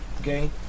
okay